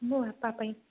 ମୋ ବାପା ପାଇଁ